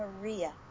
Maria